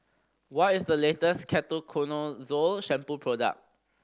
what is the latest Ketoconazole Shampoo product